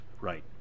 right